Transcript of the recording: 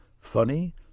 funny